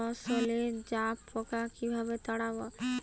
ফসলে জাবপোকা কিভাবে তাড়াব?